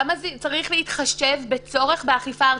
למה צריך להתחשב בצורך באכיפה ארצית?